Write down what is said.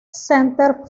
centre